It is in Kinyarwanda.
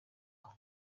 aho